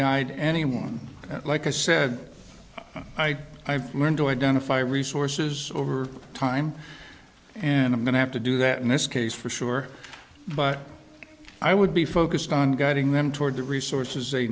guide anyone like i said i i have learned to identify resources over time and i'm going to have to do that in this case for sure but i would be focused on guiding them toward the resources they